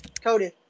Cody